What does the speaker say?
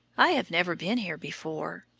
i have never been here before.